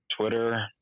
Twitter